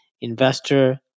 investor